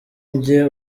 njye